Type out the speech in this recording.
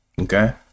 Okay